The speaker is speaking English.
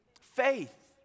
Faith